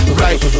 right